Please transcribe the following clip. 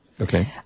Okay